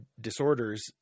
disorders